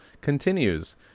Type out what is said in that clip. continues